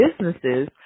businesses